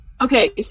Okay